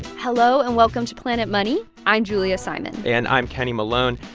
hello and welcome to planet money. i'm julia simon and i'm kenny malone.